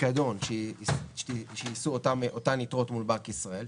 פיקדון שיישאו אותן יתרות מול בנק ישראל,